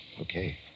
Okay